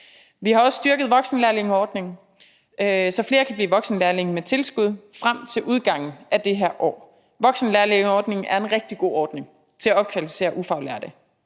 Vi har også styrket voksenlærlingeordningen, så flere kan blive voksenlærlinge med tilskud frem til udgangen af det her år. Voksenlærlingeordningen er en rigtig god ordning til at opkvalificere ufaglærte.